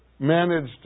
Managed